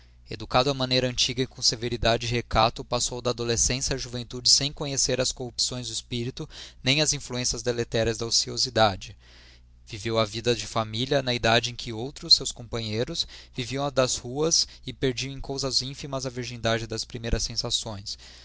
educado à maneira antiga e com severidade e recato passou da adolescência à juventude sem conhecer as corrupções de espírito nem as influências deletérias da ociosidade viveu a vida de família na idade em que outros seus companheiros viviam a das ruas e perdiam em coisas ínfimas a virgindade das primeiras sensações